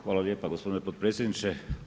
Hvala lijepo gospodine potpredsjedniče.